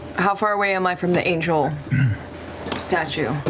how far away am i from the angel statue?